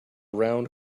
round